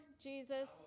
Jesus